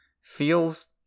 feels